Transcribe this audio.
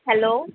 hello